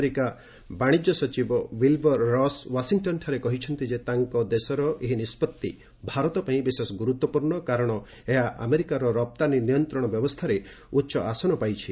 ଆମେରିକାର ବାଣିଜ୍ୟ ସଚିବ ୱିଲ୍ବର ରସ୍ ୱାଶିଂଟନ୍ଠାରେ କହିଛନ୍ତି ଯେ ତାଙ୍କ ଦେଶର ଏହି ନିଷ୍ପଭି ଭାରତ ପାଇଁ ବିଶେଷ ଗୁରୁତ୍ୱପୂର୍୍ଣ କାରଣ ଏହା ଆମେରିକାର ରପ୍ତାନୀ ନିୟନ୍ତ୍ରଣ ବ୍ୟବସ୍ଥାରେ ଉଚ୍ଚ ଆସନ ପାଇଛି